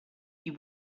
you